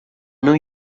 new